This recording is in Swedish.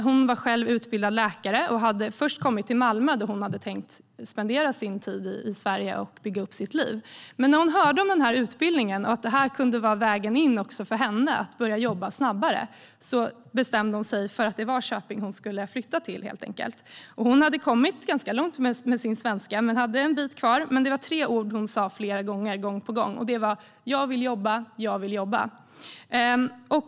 Hon var själv utbildad läkare. Hon hade först kommit till Malmö, där hon hade tänkt tillbringa sin tid i Sverige och bygga upp sitt liv. Men när hon hörde om denna utbildning och att detta kunde vara vägen in också för henne att kunna få ett jobb snabbare bestämde hon sig för att det var Köping hon skulle flytta till, helt enkelt. Hon hade kommit ganska långt med sin svenska, men hon hade en bit kvar. Det var dock tre ord som hon sa gång på gång: Jag vill jobba, jag vill jobba!